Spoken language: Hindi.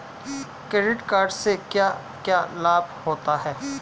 क्रेडिट कार्ड से क्या क्या लाभ होता है?